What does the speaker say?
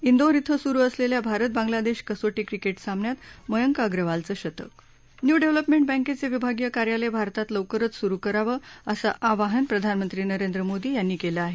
इंदौर इथं सुरु असलेल्या भारत बांगलादेश कसोटी क्रिकेट सामन्यात मयंक अग्रवालचं शतक न्यू डेव्हलपर्मेंट बँकेचं विभागीय कार्यालय भारतात लवकर सुरु करावं असं आवाहन प्रधानमंत्री नरेंद्र मोदी यांनी केलं आहे